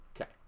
okay